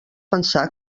pensar